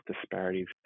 disparities